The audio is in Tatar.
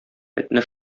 этне